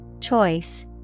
Choice